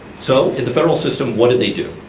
so, at the federal system what do they do?